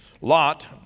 Lot